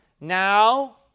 now